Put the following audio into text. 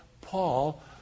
Paul